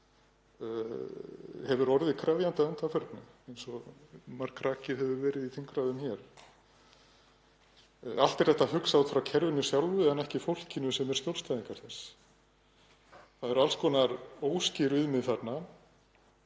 hefur orðið krefjandi að undanförnu eins og margrakið hefur verið í þingræðum. Allt er þetta hugsað út frá kerfinu sjálfu en ekki fólkinu sem er skjólstæðingar þess. Það eru alls konar óskýr viðmið þarna,